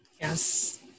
Yes